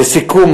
לסיכום,